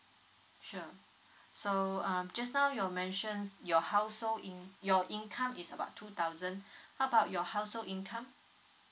sure so um just now you mentions your household your income is about two thousand how about your household income